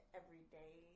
everyday